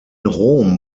rom